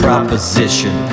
proposition